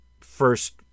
first